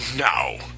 Now